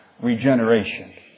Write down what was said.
regeneration